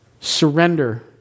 Surrender